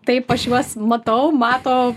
taip aš juos matau mato